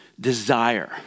desire